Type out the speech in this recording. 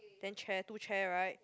then chair two chair right